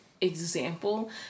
example